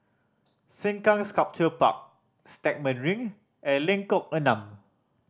Sengkang Sculpture Park Stagmont Ring and Lengkok Enam